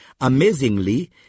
amazingly